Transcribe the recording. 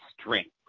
strength